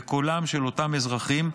בקולם של אותם אזרחים,